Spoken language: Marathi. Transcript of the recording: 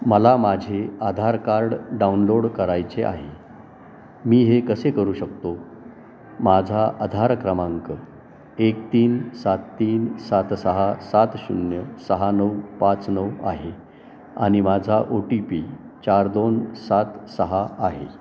मला माझे आधार कार्ड डाउनलोड करायचे आहे मी हे कसे करू शकतो माझा आधार क्रमांक एक तीन सात तीन सात सहा सात शून्य सहा नऊ पाच नऊ आहे आणि माझा ओ टी पी चार दोन सात सहा आहे